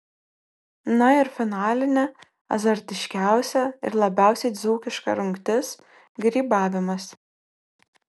na ir finalinė azartiškiausia ir labiausiai dzūkiška rungtis grybavimas